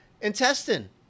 intestine